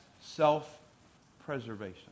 self-preservation